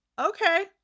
okay